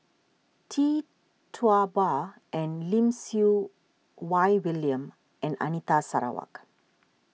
Tee Tua Ba and Lim Siew Wai William and Anita Sarawak